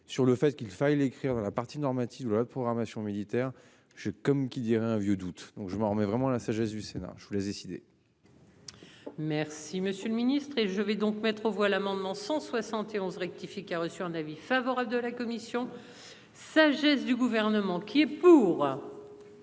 sur le fait qu'il fallait l'écrire dans la partie nord Mathilde loi de programmation militaire j'comme qui dirait un vieux d'août donc je m'en remets vraiment la sagesse du Sénat. Je vous laisse décider. Merci monsieur le ministre et je vais donc mettre aux voix l'amendement 171, rectifie qui a reçu un avis favorable de la commission. Sagesse du gouvernement qui. Pour.